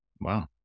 Wow